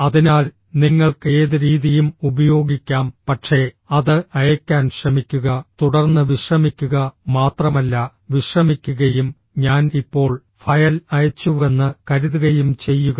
അതിനാൽ നിങ്ങൾക്ക് ഏത് രീതിയും ഉപയോഗിക്കാം പക്ഷേ അത് അയയ്ക്കാൻ ശ്രമിക്കുക തുടർന്ന് വിശ്രമിക്കുക മാത്രമല്ല വിശ്രമിക്കുകയും ഞാൻ ഇപ്പോൾ ഫയൽ അയച്ചുവെന്ന് കരുതുകയും ചെയ്യുക